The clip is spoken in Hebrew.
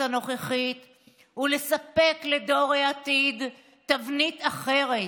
הנוכחית ולספק לדור העתיד תבנית אחרת,